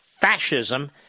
fascism